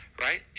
right